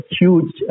huge